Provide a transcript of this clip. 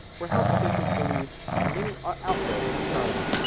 where health officials believe a mini-outbreak has started.